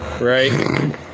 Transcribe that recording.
Right